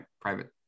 private